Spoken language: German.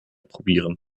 probieren